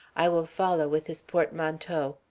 i will follow with his portmanteau.